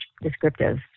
descriptive